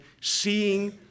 seeing